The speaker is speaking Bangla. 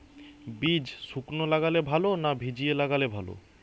বীজ শুকনো লাগালে ভালো না ভিজিয়ে লাগালে ভালো?